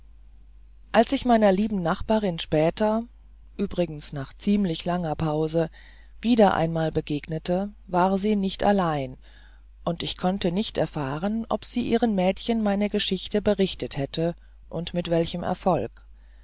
als ich meiner lieben nachbarin später übrigens nach ziemlich langer pause wieder einmal begegnete war sie nicht allein und ich konnte nicht erfahren ob sie ihren mädchen meine geschichte berichtet hätte und mit welchem erfolg